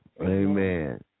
Amen